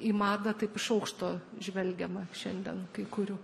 į madą taip iš aukšto žvelgiama šiandien kai kurių